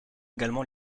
également